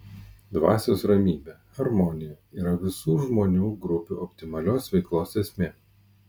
dvasios ramybė harmonija yra visų žmonių grupių optimalios veiklos esmė